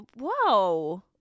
whoa